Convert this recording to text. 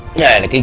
bad